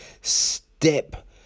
step